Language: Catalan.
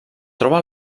troba